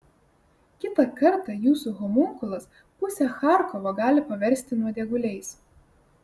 kitą kartą jūsų homunkulas pusę charkovo gali paversti nuodėguliais